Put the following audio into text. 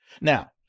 Now